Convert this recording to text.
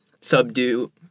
subdue